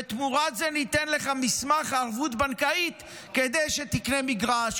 ותמורת זה ניתן לך מסמך ערבות בנקאית כדי שתקנה מגרש,